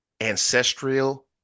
ancestral